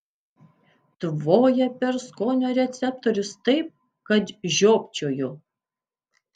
tvoja per skonio receptorius taip kad žiopčioju